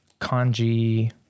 kanji